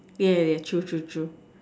yeah yeah true true true